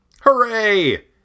Hooray